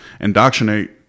indoctrinate